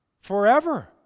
forever